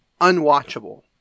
unwatchable